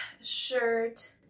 shirt